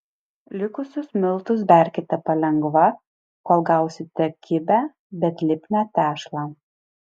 likusius miltus berkite palengva kol gausite kibią bet lipnią tešlą